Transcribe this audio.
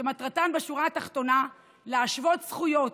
שמטרתן בשורה התחתונה היא להשוות זכויות